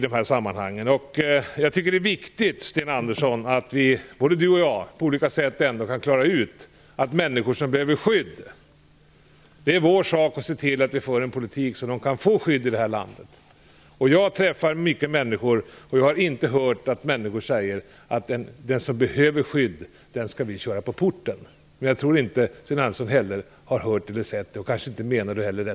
Det är viktigt att både Sten Andersson och jag ändå kan klara ut att det är vår sak att se till att människor som behöver skydd kan få det i det här landet. Jag träffar mycket människor, men jag har inte hört någon säga att den som behöver skydd, den skall vi köra på porten. Jag tror inte heller att Sten Andersson har hört det.